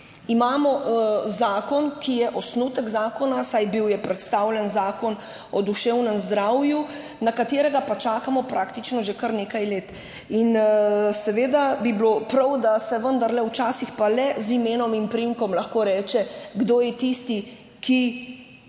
Imamo zakon, ki je osnutek zakona, vsaj bil je predstavljen zakon o duševnem zdravju, na katerega pa čakamo praktično že kar nekaj let. In seveda bi bilo prav, da se vendarle včasih pa le z imenom in priimkom lahko reče, kdo je tisti, ki